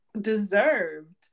deserved